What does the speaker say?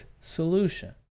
solution